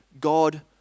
God